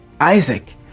Isaac